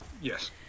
Yes